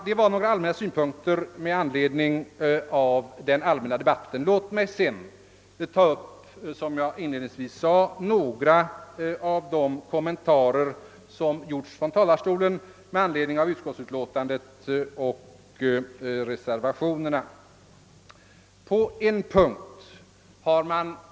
Detta var några synpunkter med anledning av den allmänna debatten. Låt mig sedan, såsom jag inledningsvis sade, ta upp några av de kommentarer som gjorts från talarstolen med anledning av utskottsutlåtandet och reservationerna.